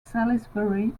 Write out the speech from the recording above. salisbury